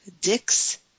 Dick's